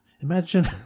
Imagine